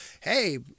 Hey